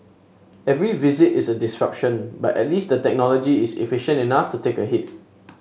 every visit is a disruption but at least the technology is efficient enough to take a hit